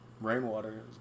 rainwater